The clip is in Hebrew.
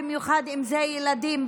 במיוחד אם זה הילדים,